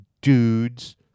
dudes